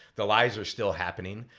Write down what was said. the lies are still happening.